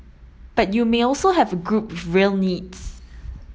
but you may also have a group with real needs